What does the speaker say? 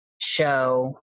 show